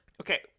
okay